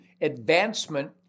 advancement